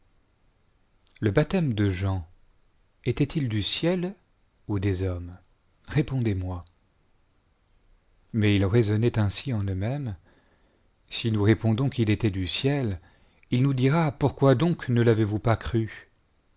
le baptême de jean était-il du ciel ou des hommes répondez-moi mais ils raisonnaient ainsi en eux-mêmes si nous répondons quil était du ciel il nous dira pourquoi donc ne l'avez-vous pas cru